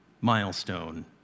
milestone